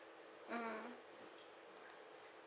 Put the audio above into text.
mm